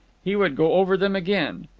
he would go over them again.